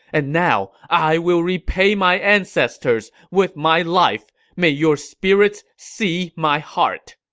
and now, i will repay my ancestors with my life. may your spirits see my heart!